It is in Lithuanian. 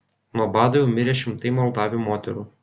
nuo bado jau mirė šimtai moldavių moterų